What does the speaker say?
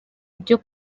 ibyo